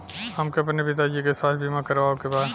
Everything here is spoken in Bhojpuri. हमके अपने पिता जी के स्वास्थ्य बीमा करवावे के बा?